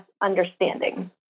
understanding